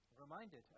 Reminded